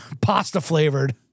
pasta-flavored